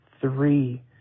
three